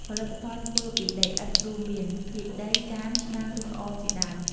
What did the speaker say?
ផលិតផលធ្វើពីដីឥដ្ឋ រួមមាន ភាជន៍ដី ចាន ឆ្នាំង ឬក្អមជាដើម។